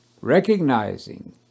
recognizing